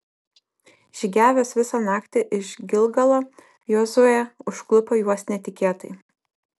žygiavęs visą naktį iš gilgalo jozuė užklupo juos netikėtai